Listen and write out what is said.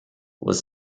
was